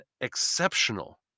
exceptional